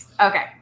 Okay